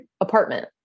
apartment